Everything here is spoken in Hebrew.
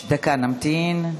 דקה, נמתין.